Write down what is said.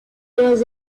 years